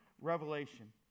Revelation